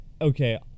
okay